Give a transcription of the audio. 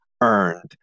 earned